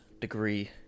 degree